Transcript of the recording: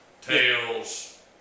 tails